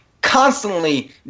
constantly